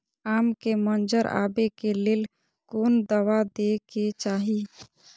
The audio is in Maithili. आम के मंजर आबे के लेल कोन दवा दे के चाही?